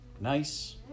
nice